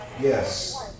Yes